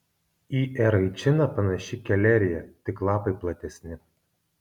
į eraičiną panaši kelerija tik lapai platesni